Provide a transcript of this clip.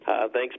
Thanks